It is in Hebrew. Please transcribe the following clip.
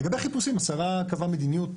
לגבי חיפושם, השרה קבעה מדיניות